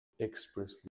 expressly